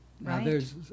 right